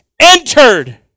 entered